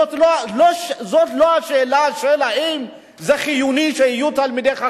זאת לא השאלה אם זה חיוני שיהיו תלמידי חכמים.